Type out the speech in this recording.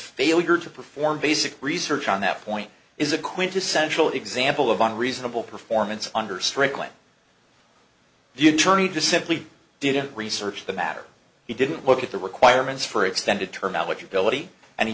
failure to perform basic research on that point is a quintessential example of on reasonable performance under strickland the attorney just simply didn't research the matter he didn't look at the requirements for extended term outlook your ability and he